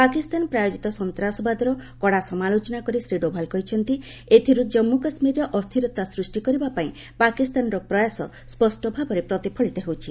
ପାକିସ୍ତାନ ପ୍ରାୟୋଜିତ ସନ୍ତାସବାଦର କଡ଼ା ସମାଲୋଚନା କରି ଶ୍ରୀ ଡୋଭାଲ କହିଛନ୍ତି ଏଥିରୁ ଜାନ୍ମୁ କାଶ୍ମୀରରେ ଅସ୍ଥିରତା ସୂଷ୍ଟି କରିବା ପାଇଁ ପାକିସ୍ତାନର ପ୍ରୟାସ ସ୍ୱଷ୍ଟଭାବେ ପ୍ରତିଫଳିତ ହେଉଛି